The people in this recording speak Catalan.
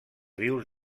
rius